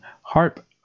harp